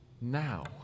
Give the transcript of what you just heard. now